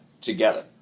together